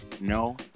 No